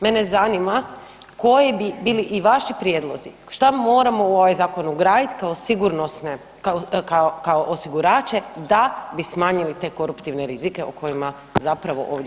Mene zanima koji bi bili i vaši prijedlozi šta moramo u ovaj zakon ugraditi kao sigurnosne, kao osigurače da bi smanjili te koruptivne rizike o kojima zapravo ovdje govorimo?